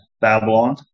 Babylon